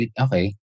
Okay